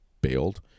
bailed